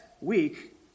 week